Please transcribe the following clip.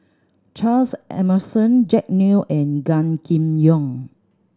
Charles Emmerson Jack Neo and Gan Kim Yong